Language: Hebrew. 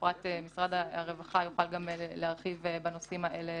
בפרט משרד הרווחה יוכל גם להרחיב בנושאים האלה